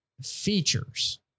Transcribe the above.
features